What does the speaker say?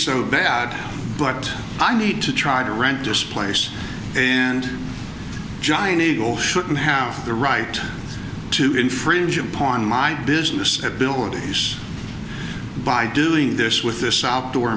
so bad but i need to try to rent displace and giant eagle shouldn't have the right to infringe upon my business and bill and he's by doing this with this outdoor